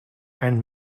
and